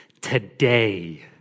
today